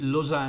Los